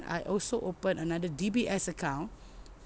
I also open another D_B_S account